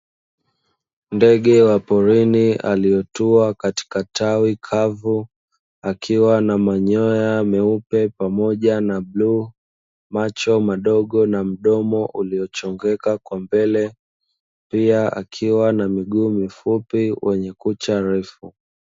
Ndege wa porini aliyotoa katika tawi kavu, akiwa na manyoya meupe pamoja na bluu, macho madogo na mdomo uliochongeka kwa mbele pia akiwa na miguu mifupe wenye kuchsa refu.